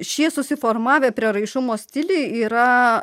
šie susiformavę prieraišumo stiliai yra